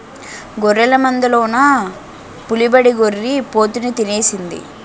గొర్రెల మందలోన పులిబడి గొర్రి పోతుని తినేసింది